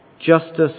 justice